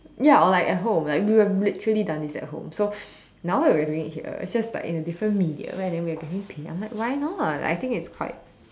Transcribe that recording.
ya or like at home like we've literally done this at home so now that we're doing it here it's just like in a different medium and then we are getting paid I'm like why not I think it's quite